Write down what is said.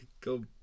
go